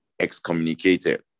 excommunicated